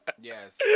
Yes